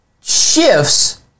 shifts